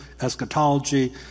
eschatology